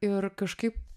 ir kažkaip